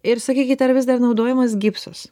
ir sakykit ar vis dar naudojamas gipsas